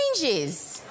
changes